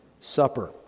Supper